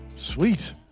Sweet